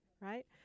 Right